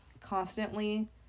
constantly